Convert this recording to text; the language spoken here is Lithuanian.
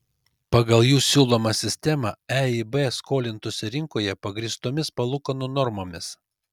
pagal jų siūlomą sistemą eib skolintųsi rinkoje pagrįstomis palūkanų normomis